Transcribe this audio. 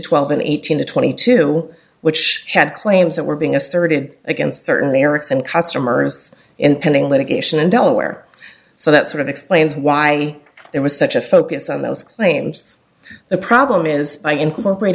twelve and eighteen to twenty two which had claims that were being asserted against certain merits and customers in pending litigation in delaware so that sort of explains why there was such a focus on those claims the problem is by incorporat